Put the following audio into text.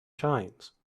shines